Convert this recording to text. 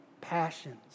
passions